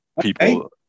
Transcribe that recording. people